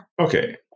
Okay